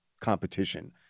competition